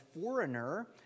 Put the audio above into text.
foreigner